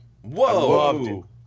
Whoa